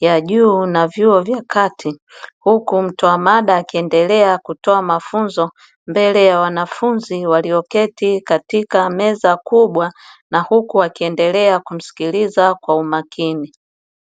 ya juu na vyuo vya kati, huku mtoa mada akiendelea kutoa mafunzo mbele ya wanafunzi walioketi katika meza kubwa. Na huku wakiendelea kumsikiliza kwa umakini.